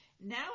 Now